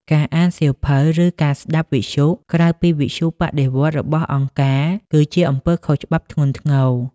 ការអានសៀវភៅ ឬការស្ដាប់វិទ្យុក្រៅពីវិទ្យុបដិវត្តន៍របស់អង្គការ គឺជាអំពើខុសច្បាប់ធ្ងន់ធ្ងរ។